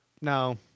No